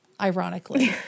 ironically